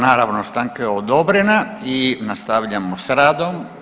Naravno stanka je odobrena i nastavljamo s radom.